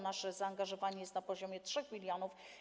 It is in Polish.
Nasze zaangażowanie jest na poziomie 3 mln.